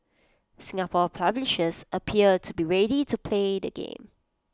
Singapore publishers appear to be ready to play the game